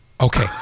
Okay